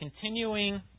continuing